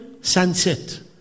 sunset